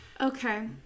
Okay